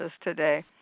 today